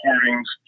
recordings